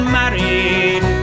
married